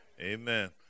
amen